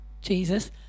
Jesus